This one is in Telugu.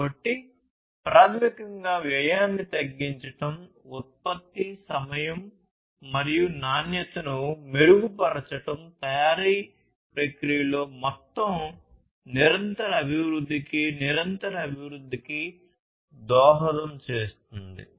కాబట్టి ప్రాథమికంగా వ్యయాన్ని తగ్గించడం ఉత్పత్తి సమయం మరియు నాణ్యతను మెరుగుపరచడం తయారీ ప్రక్రియలో మొత్తం నిరంతర అభివృద్ధికి నిరంతర అభివృద్ధికి దోహదం చేస్తుంది